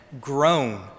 grown